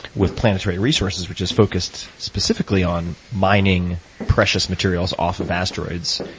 with planetary resources, which is focused specifically on mining precious materials off of asteroids.